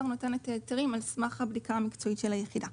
נותן את ההיתרים על סמך הבדיקה המקצועית של היחידה.